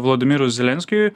volodymyrui zelenskiui